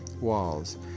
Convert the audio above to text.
walls